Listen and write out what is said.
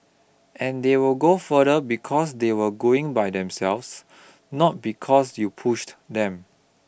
and they will go further because they were going by themselves not because you pushed them